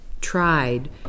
tried